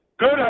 Good